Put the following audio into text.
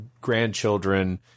grandchildren